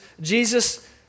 Jesus